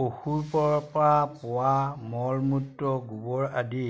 পশুৰ পৰা পোৱা মল মূত্ৰ গোবৰ আদি